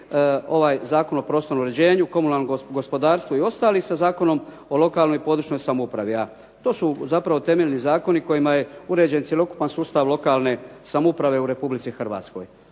ovaj Zakon o prostornom uređenju, komunalnom gospodarstvu i ostali sa Zakonom o lokalnoj i područnoj samoupravi. A to su zapravo temeljni zakoni kojima je uređen cjelokupan sustav lokalne samouprave u Republici Hrvatskoj.